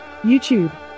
YouTube